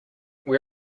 where